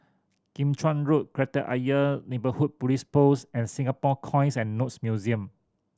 Kim Chuan Road Kreta Ayer Neighbourhood Police Post and Singapore Coins and Notes Museum